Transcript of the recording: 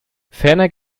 ferner